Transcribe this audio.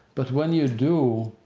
but when you do,